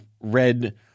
read